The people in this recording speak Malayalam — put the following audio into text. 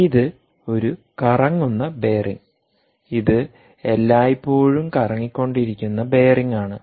ഇത് ഒരു കറങ്ങുന്ന ബെയറിംഗ് ഇത് എല്ലായ്പ്പോഴും കറങ്ങിക്കൊണ്ടിരിക്കുന്ന ബെയറിംഗ് ആണ്